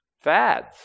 Fads